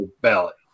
ballot